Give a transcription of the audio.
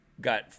got